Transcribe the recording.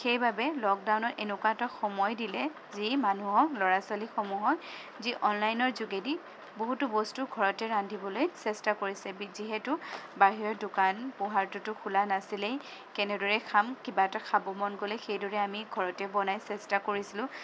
সেইবাবে লকডাউনে এনেকুৱা এটা সময় দিলে যি মানুহক ল'ৰা ছোৱালীসমূহক যি অনলাইনৰ যোগেদি বহুতো বস্তু ঘৰতে ৰান্ধিবলৈ চেষ্টা কৰিছে যিহেতু বাহিৰৰ দোকান পোহাৰটোতো খোলা নাছিলেই কেনেদৰে খাম কিবা এটা খাব মন গ'লে সেইদৰে আমি ঘৰতে বনাই চেষ্টা কৰিছিলোঁ